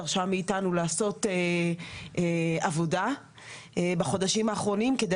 דרשה מאתנו לעשות עבודה בחודשים האחרונים כדי